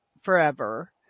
forever